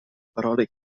parole